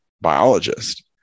biologist